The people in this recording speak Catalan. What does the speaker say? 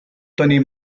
tenir